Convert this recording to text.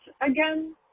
again